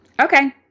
Okay